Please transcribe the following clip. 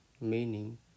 meaning